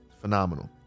phenomenal